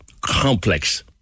complex